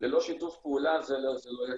ללא שיתוף פעולה זה לא יצליח.